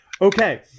Okay